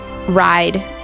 ride